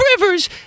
Rivers